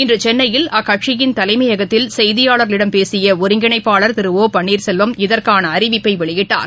இன்றசென்னையில் அக்கட்சியின் தலைமையகத்தில் செய்தியாளர்களிடம் பேசியஒருங்கிணைப்பாளர் திரு ஒ பன்னீர்செல்வம் இதற்கானஅறிவிப்பைவெளியிட்டார்